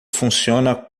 funciona